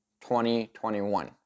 2021